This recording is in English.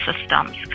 systems